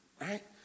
Right